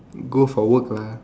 go for work lah